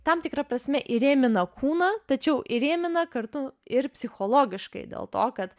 tam tikra prasme įrėmina kūną tačiau įrėmina kartu ir psichologiškai dėl to kad